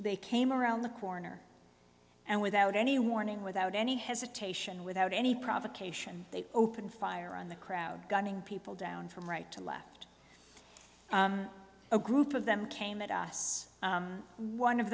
they came around the corner and without any warning without any hesitation without any provocation they opened fire on the crowd gunning people down from right to left a group of them came at us one of